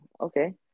okay